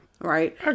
Right